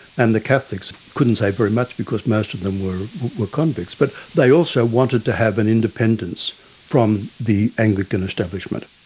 and the catholics couldn't say very much because most of them were were convicts. but they also wanted to have an independence from the anglican establishment.